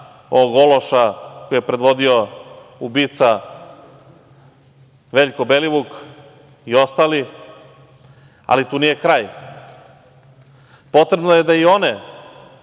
ovog ološa, koji je predvodio ubica Veljko Belivuk i ostali, ali tu nije kraj. Potrebno je da i one